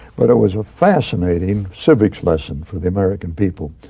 but it was a fascinating civics lesson for the american people.